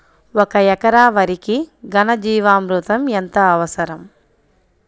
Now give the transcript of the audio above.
ఒక ఎకరా వరికి ఘన జీవామృతం ఎంత అవసరం?